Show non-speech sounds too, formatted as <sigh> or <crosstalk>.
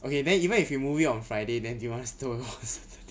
okay then even if you move in on friday then do you want <laughs>